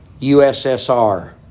USSR